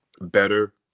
better